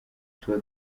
tuba